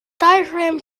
diaphragm